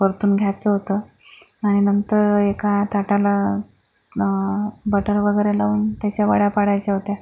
परतून घ्यायचं होतं आणि नंतर एका ताटाला बटर वगैरे लावून त्याच्या वड्या पाडायच्या होत्या